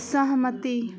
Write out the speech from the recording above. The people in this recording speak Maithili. सहमति